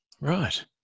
right